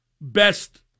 best